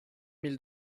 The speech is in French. mille